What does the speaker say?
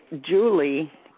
Julie